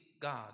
God